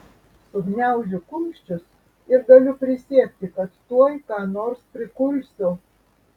sugniaužiu kumščius ir galiu prisiekti kad tuoj ką nors prikulsiu